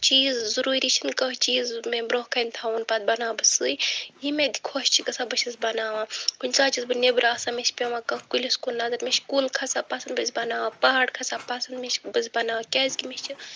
چیٖز ضُروٗری چھِنہٕ کانٛہہ چیٖز مےٚ برٛونٛہہ کَنہِ تھاوُن پَتہٕ بناو بہٕ سُے یہِ مےٚ تہِ خۄش چھِ گژھان بہٕ چھَس بناوان کُنہِ ساتہٕ چھَس بہٕ نٮ۪برٕ آسان مےٚ چھِ پٮ۪وان کانٛہہ کُلِس کُن نظر مےٚ چھِ کُل کھَسان پسنٛد بہٕ چھَس بناوان پہاڑ کھَسان پسنٛد مےٚ چھِ بہٕ چھَس بناوان کیٛازِ کہِ مےٚ چھِ